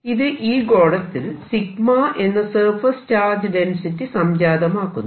ഇത് ഈ ഗോളത്തിൽ 𝜎 എന്ന സർഫേസ് ചാർജ് ഡെൻസിറ്റി സംജാതമാക്കുന്നു